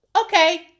okay